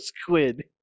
Squid